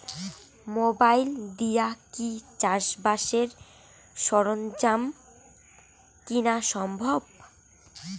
Mobile দিয়া কি চাষবাসের সরঞ্জাম কিনা সম্ভব?